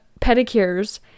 pedicures